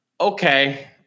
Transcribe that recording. okay